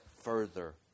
further